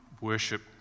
worship